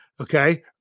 Okay